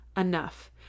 Enough